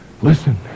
listen